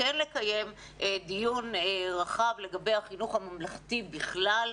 כן לקיים דיון רחב לגבי החינוך הממלכתי בכלל,